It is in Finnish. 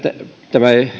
tämä